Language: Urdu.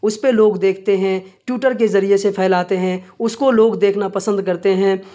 اس پہ لوگ دیکھتے ہیں ٹیوٹر کے ذریعے سے پھیلاتے ہیں اس کو لوگ دیکھنا پسند کرتے ہیں